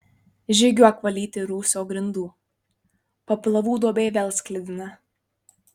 žygiuok valyti rūsio grindų paplavų duobė vėl sklidina